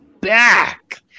back